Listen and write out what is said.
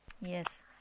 Yes